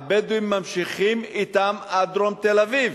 והבדואים ממשיכים אתם עד דרום תל-אביב.